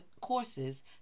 courses